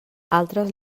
altres